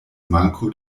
manko